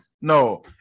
No